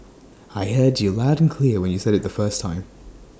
I heard you loud and clear when you said IT the first time